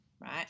Right